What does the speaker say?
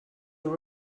your